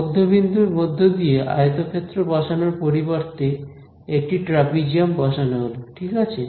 মধ্যবিন্দুর মধ্যে দিয়ে আয়তক্ষেত্র বসানোর পরিবর্তে একটি ট্রাপিজিয়াম বসানো হলো ঠিক আছে